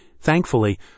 Thankfully